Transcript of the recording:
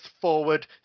forward